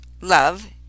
love